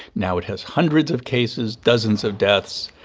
now it has hundreds of cases, dozens of deaths.